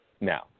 now